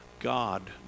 God